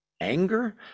anger